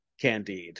Candide